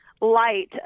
light